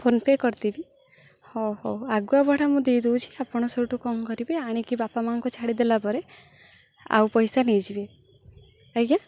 phone pay କରିଦେବି ହଉ ହଉ ଆଗୁଆ ଭଡ଼ା ମୁଁ ଦେଇଦଉଚି ଆପଣ ସବୁଠୁ କମ୍ କରିବେ ଆଣିକି ବାପା ମାଆଙ୍କୁ ଛାଡ଼ିଦେଲା ପରେ ଆଉ ପଇସା ନେଇଯିବେ ଆଜ୍ଞା